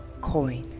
coin